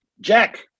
Jack